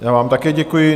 Já vám také děkuji.